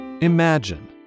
Imagine